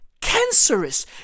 cancerous